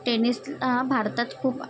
ट टेनिस भारतात खूप